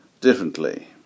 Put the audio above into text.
differently